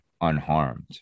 unharmed